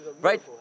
right